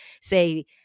say